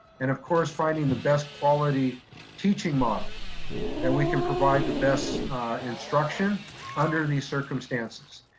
and of course, finding the best quality teaching model that we can provide the best instruction under these circumstances.